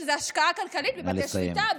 שזה השקעה כלכלית בבתי שפיטה,